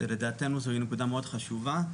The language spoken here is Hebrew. לדעתנו, זו נקודה מאוד חשובה.